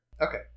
Okay